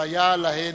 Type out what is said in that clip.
שהיה עד להן.